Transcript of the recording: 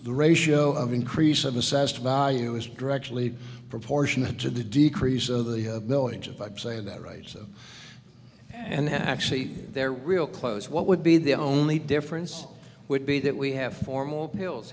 the ratio of increase of assessed value is directly proportionate to the decrease of the villages but say that right so and actually their real close what would be the only difference would be that we have formal bills